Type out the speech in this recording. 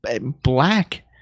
black